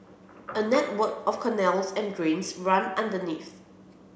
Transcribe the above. a network of canals and drains run underneath